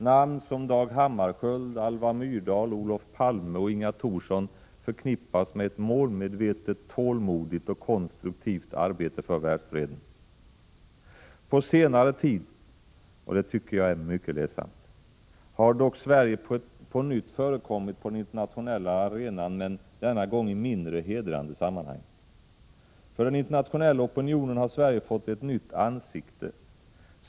Namn som Dag Hammarskjöld, Alva Myrdal, Olof Palme och Inga Thorsson förknippas med ett målmedvetet, tålmodigt och konstruktivt arbete för världsfreden. På senare tid har dock Sverige på nytt förekommit på den internationella arenan, men denna gång i mindre hedrande sammanhang, och det är mycket ledsamt. För den internationella opinionen har Sverige fått ett nytt ansikte.